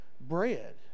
bread